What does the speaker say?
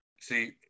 see